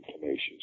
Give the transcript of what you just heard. tenacious